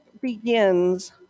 begins